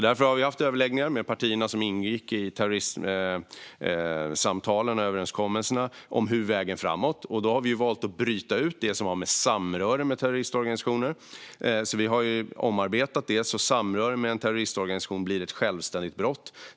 Därför har vi haft överläggningar om vägen framåt med de partier som ingick i samtalen och överenskommelserna om terrorism. Vi har valt att bryta ut det som har att göra med samröre med terroristorganisationer, och vi har omarbetat detta så att samröre med en terroristorganisation blir ett självständigt brott.